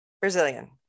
Brazilian